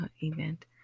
event